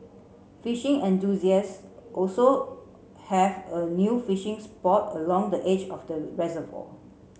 fishing enthusiast will also have a new fishing spot along the edge of the reservoir